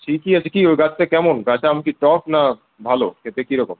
ঠিকই আছে কি ওই গাছটা কেমন গাছে আম কি টক না ভালো খেতে কীরকম